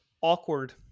Awkward